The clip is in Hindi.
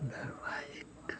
धरवाहिक